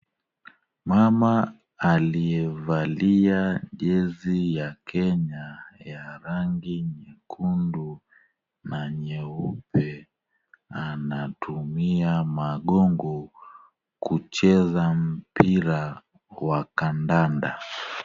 Mama aiyevalia jezi ya Kenya ya rangi nyekundu na nyeupe anatumia magongo kucheza mpira wa kandanda.